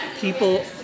people